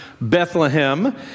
Bethlehem